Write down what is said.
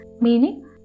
Meaning